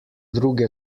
druge